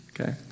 Okay